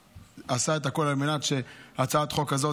שעשה את הכול על מנת שהצעת החוק הזאת,